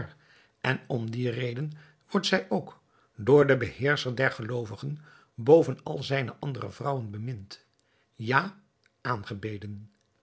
en om die reden wordt zij ook door den beheerscher der geloovigen boven al zijne andere vrouwen bemind ja aangebeden